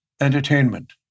entertainment